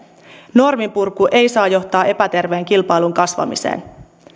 norminpurku ei saa johtaa epäterveen kilpailun kasvamiseen